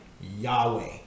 Yahweh